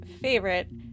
favorite